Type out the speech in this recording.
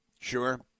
sure